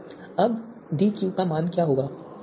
अब DQ मान क्या होगा